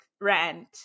rant